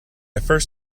first